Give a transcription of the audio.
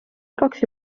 igaks